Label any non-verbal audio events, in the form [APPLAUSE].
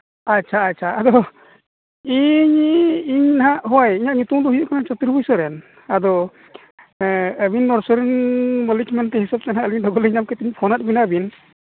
ᱟᱪᱪᱷᱟ ᱟᱪᱪᱷᱟ ᱟᱵᱚ ᱫᱚ ᱤᱧ ᱤᱧ ᱱᱟᱦᱟᱸᱜ ᱦᱳᱭ ᱤᱧᱟᱹᱜ ᱧᱩᱛᱩᱢ ᱫᱚ ᱦᱩᱭᱩᱜ ᱠᱟᱱᱟ ᱪᱷᱛᱨᱚᱯᱚᱛᱤ ᱥᱚᱨᱮᱱ ᱟᱫᱚ ᱟᱹᱵᱤᱱ [UNINTELLIGIBLE] ᱢᱟᱹᱞᱤᱠ ᱢᱮᱱᱛᱮ [UNINTELLIGIBLE] ᱯᱷᱳᱱᱟᱜ ᱵᱮᱱᱟ ᱟᱹᱵᱤᱱ